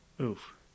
Oof